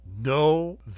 No